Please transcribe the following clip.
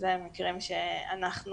שאלה מקרים שאנחנו